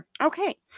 okay